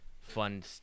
fun